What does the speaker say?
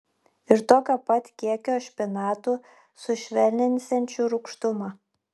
ir tokio pat kiekio špinatų sušvelninsiančių rūgštumą